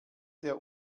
der